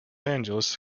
angeles